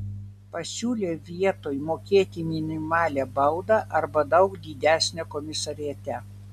pasiūlė vietoj mokėti minimalią baudą arba daug didesnę komisariate